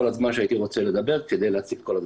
הזמן שהייתי רוצה לדבר כדי להציג את כל הדברים.